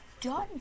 done